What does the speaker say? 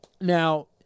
Now